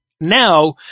now